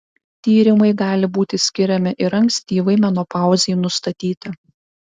tyrimai gali būti skiriami ir ankstyvai menopauzei nustatyti